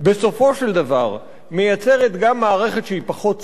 דבר מייצרת גם מערכת שהיא פחות צודקת